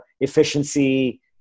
efficiency